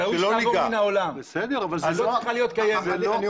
היא לא צריכה להיות קיימת.